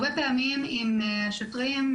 הרבה פעמים אם השוטרים,